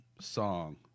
song